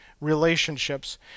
relationships